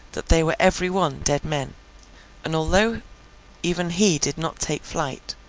that they were every one dead men and, although even he did not take flight,